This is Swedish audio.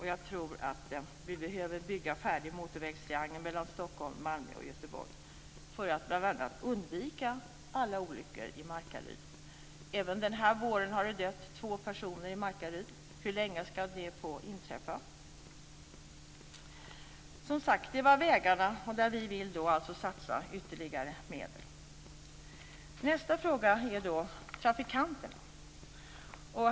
Jag tror att vi behöver bygga motorvägstriangeln mellan Stockholm, Malmö och Göteborg färdig för att vi bl.a. ska kunna undvika alla olyckor i Markaryd. Även denna vår har det dött två personer i Markaryd. Hur länge ska sådant få inträffa? Det var vägarna, där vi vill satsa ytterligare medel. Nästa fråga är trafikanterna.